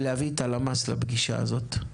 ולהביא את הלמ"ס לפגישה הזו.